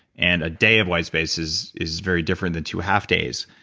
and a day of white spaces is very different than two half days.